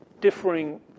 differing